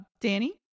Danny